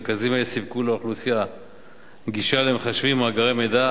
ומרכזים אלה סיפקו לאוכלוסייה גישה למחשבים ולמאגרי מידע,